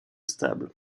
stable